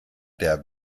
der